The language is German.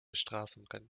straßenrennen